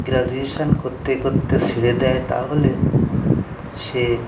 graduation করতে করতে ছেড়ে দেয় তাহলে সে